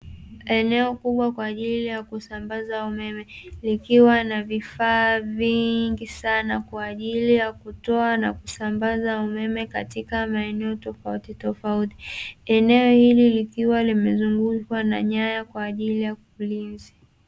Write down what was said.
Eneo kubwa kwa ajili ya kusambaza umeme, likiwa na vifaa vingi sana kwa ajili ya kutoa na kusambaza umeme katika maeneo tofautitofauti. Eneo hili likiwa limezungukwa na nyaya kwa ajili ya ulinzi.